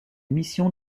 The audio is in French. missions